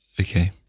Okay